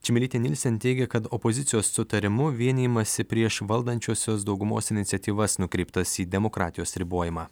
čmilytė nilsen teigia kad opozicijos sutarimu vienijimąsi prieš valdančiosios daugumos iniciatyvas nukreiptas į demokratijos ribojimą